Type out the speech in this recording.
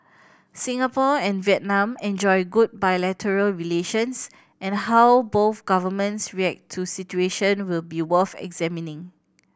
Singapore and Vietnam enjoy good bilateral relations and how both governments react to situation will be worth examining